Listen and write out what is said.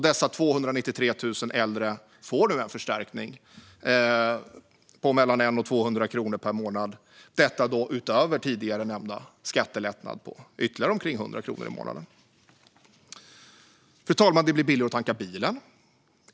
Dessa 293 000 äldre får nu en förstärkning på mellan 100 och 200 kronor per månad, utöver tidigare nämnda skattelättnad på ytterligare omkring 100 kronor i månaden. Fru talman! Det blir billigare att tanka bilen.